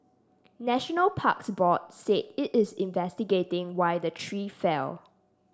National Parks Board said it is investigating why the tree fell